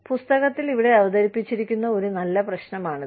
പുസ്തകത്തിൽ ഇവിടെ അവതരിപ്പിച്ചിരിക്കുന്ന ഒരു നല്ല പ്രശ്നമാണിത്